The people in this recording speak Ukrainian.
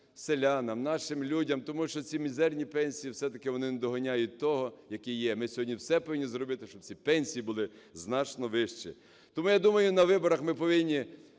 селянам, нашим людям. Тому що ці мізерні пенсії, все-таки вони не доганяють того, які є. Ми сьогодні все повинні зробити, щоб ці пенсії були значно вищі. Тому, я думаю, на виборах ми повинні…